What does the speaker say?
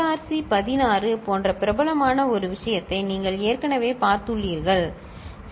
C 16 போன்ற பிரபலமான ஒரு விஷயத்தை நீங்கள் ஏற்கனவே பார்த்துள்ளீர்கள் சி